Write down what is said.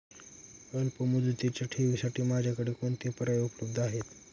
अल्पमुदतीच्या ठेवींसाठी माझ्याकडे कोणते पर्याय उपलब्ध आहेत?